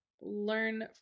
learn